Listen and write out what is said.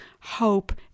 hope